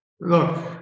Look